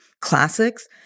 classics